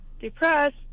depressed